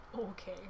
okay